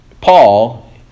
Paul